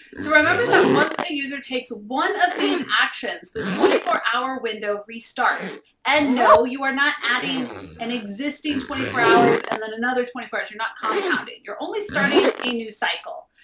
so remember that once the user takes one of these actions, the twenty four hour window restarts. and no, you are not adding an existing twenty four hours and then another twenty four hours. you're not compounding. you're only starting a new cycle.